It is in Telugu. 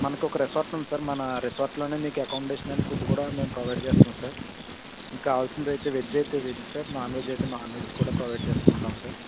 మనకు ఒక రిసార్ట్ ఉంది సార్ మన రిసార్ట్లో మీకు అకామిడేషన్ అండ్ ఫుడ్ కూడా మేము ప్రొవైడ్ చేస్తున్నం సార్ మీకు కావాల్సింది అయితే వెజ్ అయితే వెజ్ సార్ నాన్ వెజ్ అయితే నాన్ వెజ్ కూడా ప్రొవైడ్ చేస్తు ఉంటాం సార్